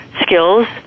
skills